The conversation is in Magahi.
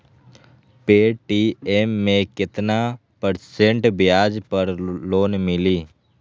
पे.टी.एम मे केतना परसेंट ब्याज पर लोन मिली?